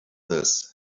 this